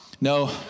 No